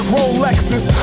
Rolexes